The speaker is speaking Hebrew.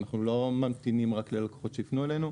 אנחנו לא ממתינים רק ללקוחות שייפנו אלינו.